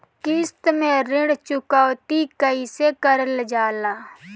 किश्त में ऋण चुकौती कईसे करल जाला?